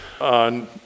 on